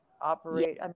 operate